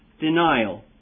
denial